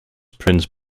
prince